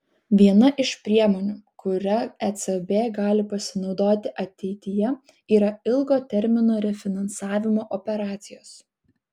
viena iš priemonių kuria ecb gali pasinaudoti ateityje yra ilgo termino refinansavimo operacijos